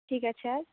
ঠিক আছে আর